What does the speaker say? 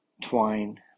twine